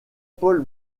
paul